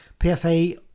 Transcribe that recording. PFA